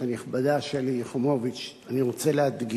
הנכבדה שלי יחימוביץ אני רוצה להדגיש: